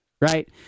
right